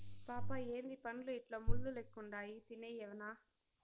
పాపా ఏందీ పండ్లు ఇట్లా ముళ్ళు లెక్కుండాయి తినేయ్యెనా